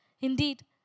Indeed